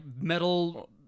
metal